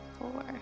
four